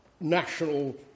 national